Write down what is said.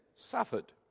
suffered